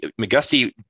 McGusty